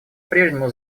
прежнему